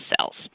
cells